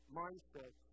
mindset